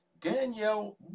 Danielle